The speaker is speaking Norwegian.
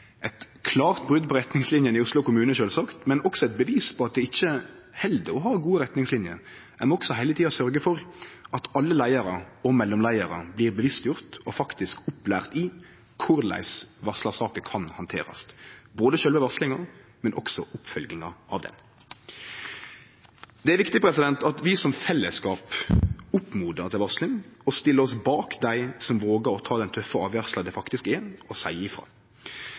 eit klart brot på retningslinjene i Oslo kommune, sjølvsagt, men også eit bevis på at det ikkje held å ha gode retningslinjer. Ein må også heile tida sørgje for at alle leiarar og mellomleiarar blir bevisstgjorde og faktisk opplærde i korleis varslarsaker kan handterast – både sjølve varslinga og oppfølginga av ho. Det er viktig at vi som fellesskap oppmodar til varsling og stiller oss bak dei som vågar å ta den tøffe avgjerda det faktisk er å seie